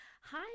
Hi